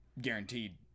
guaranteed